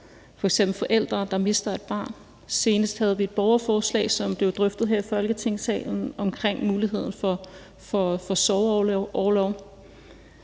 f.eks. forældre, der mister et barn. Senest havde vi et borgerforslag, som blev drøftet her i Folketingssalen, omkring muligheden for sorgorlov.